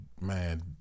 man